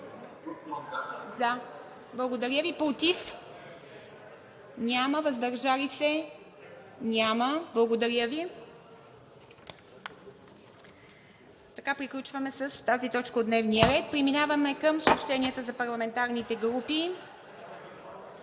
Благодаря Ви. Против? Няма. Въздържали се? Няма. Благодаря Ви. Така приключваме с тази точка от дневния ред. Преминаваме към съобщенията за парламентарните групи.